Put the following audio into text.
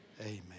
Amen